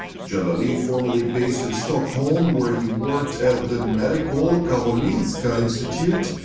djalali, formerly based in stockholm where he worked at the medical karolinska institute,